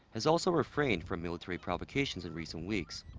has also refrained from military provocations in recent weeks.